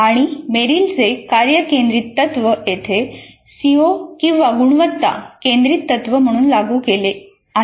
आणि मेरिलचे कार्य केंद्रित तत्त्व येथे सीओ गुणवत्ता केंद्रीत तत्त्व म्हणून लागू केले आहे